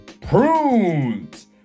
Prunes